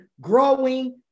Growing